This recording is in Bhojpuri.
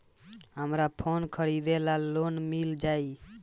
हमरा फोन खरीदे ला लोन मिल जायी?